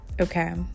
okay